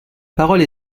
parole